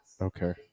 Okay